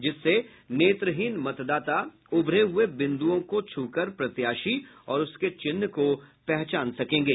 जिससे नेत्रहीन मतदाता उभरे हुये बिंद्रों को छूकर प्रत्याशी और उसके चिन्ह को पहचान सकेंगे